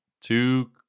two